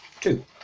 Two